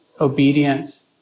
obedience